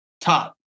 top